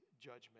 judgment